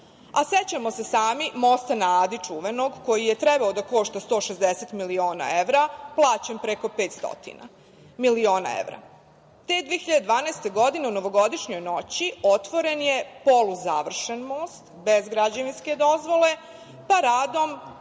postoje.Sećamo se sami Mosta na Adi, čuvenog, koji je trebalo da košta 160 miliona evra, plaćen preko 500 miliona evra. Te 2012. godine u novogodišnjoj noći otvoren je poluzavršen most, bez građevinske dozvole, paradom